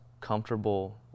comfortable